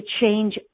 change